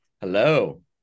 Hello